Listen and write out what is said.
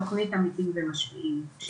תוכנית עמיתים ומשפיעים.